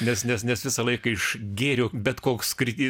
nes nes nes visą laiką iš gėrio bet koks skrydis